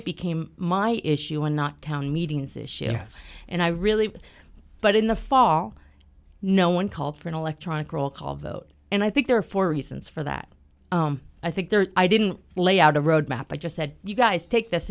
it became my issue and not town meetings issue and i really but in the fall no one called for an electronic roll call vote and i think there are four reasons for that i think there i didn't lay out a road map i just said you guys take this